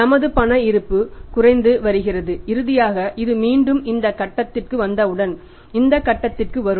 நமது பண இருப்பு குறைந்து வருகிறது இறுதியாக இது மீண்டும் இந்த கட்டத்திற்கு வந்தவுடன் இந்த கட்டத்திற்கு வரும்